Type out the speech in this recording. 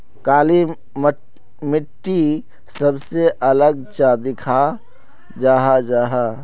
काली मिट्टी सबसे अलग चाँ दिखा जाहा जाहा?